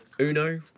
Uno